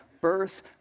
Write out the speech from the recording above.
birth